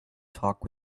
talk